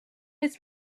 his